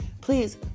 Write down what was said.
please